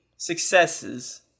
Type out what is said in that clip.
Successes